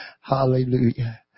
Hallelujah